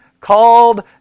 called